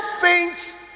faints